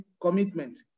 commitment